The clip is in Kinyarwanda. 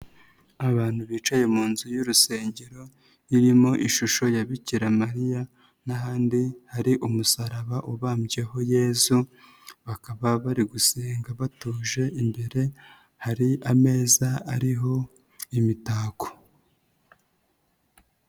Abantu bicaye mu nzu y'urusengero irimo ishusho ya Bikira Mariya n'ahandi hari umusaraba ubambyeho Yezu bakaba bari gusenga batuje imbere hari ameza ariho imitako.